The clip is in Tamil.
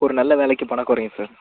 ஒரு நல்ல வேலைக்கு போனால் குறையும் சார்